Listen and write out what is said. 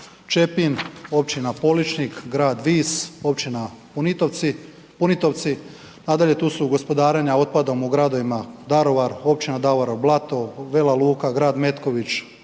Čepin, općina Poličnik, grad Vis, općina Punitovci, nadalje tu su gospodarenja otpadom u gradovima Daruvar, općina Daruvar, Blato, Vela Luka, grad Metković,